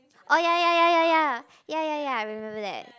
oh ya ya ya ya ya ya ya ya I remember that